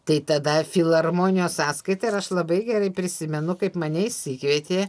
tai tada filharmonijos sąskaita ir aš labai gerai prisimenu kaip mane išsikvietė